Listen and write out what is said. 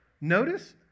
Notice